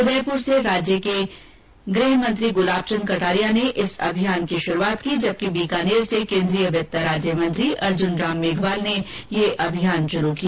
उदयपुर से राज्य के गुलाबचंद कटारिया ने इस अभियान की शुरूआत की जबकि बीकानेर से केन्द्रीय वित्त राज्य मंत्री अर्जुन राम मेघवाल ने इस अभियान की शुरूआतकी